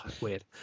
weird